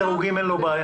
לפי דירוגים אין לו בעיה.